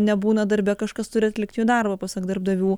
nebūna darbe kažkas turi atlikt jų darbą pasak darbdavių